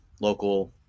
local